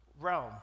realm